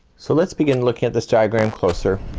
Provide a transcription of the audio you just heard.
so let's begin looking at this diagram closer.